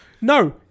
No